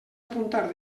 apuntar